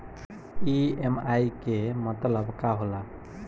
EMI के मतलब का होला?